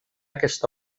aquesta